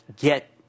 get